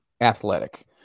athletic